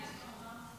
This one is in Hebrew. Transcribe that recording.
מי אחרונה?